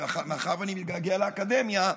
ומאחר שאני מתגעגע לאקדמיה,